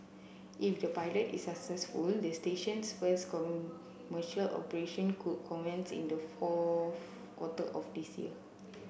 if the pilot is successful the station's first commercial operation could commence in the fourth quarter of this year